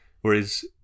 whereas